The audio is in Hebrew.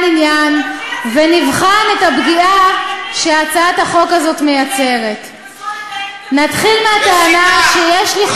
את שרת המשפטים, תתביישי לך.